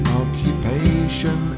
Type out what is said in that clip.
occupation